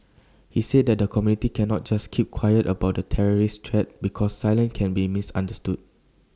he said that the community cannot just keep quiet about the terrorist threat because silence can be misunderstood